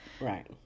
right